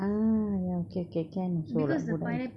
ah ya okay okay can also lah both rice